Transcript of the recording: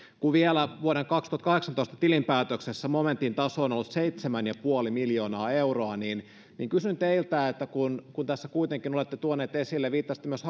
koska vielä vuoden kaksituhattakahdeksantoista tilinpäätöksessä momentin taso on ollut seitsemän pilkku viisi miljoonaa euroa niin niin kysyn teiltä että kun kun kuitenkin olette tuonut tämän esille ja viittasitte myös